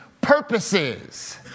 purposes